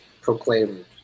proclaimed